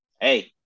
Hey